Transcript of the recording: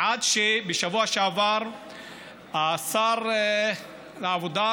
עד שבשבוע שעבר השר לעבודה,